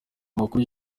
amakuru